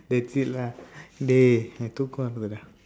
that's it lah dey எனக்கு தூக்கம் வருதுடா:enakku thuukkam varuthudaa